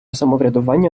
самоврядування